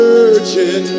Virgin